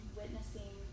witnessing